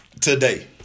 today